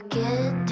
get